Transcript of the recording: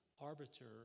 arbiter